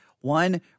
One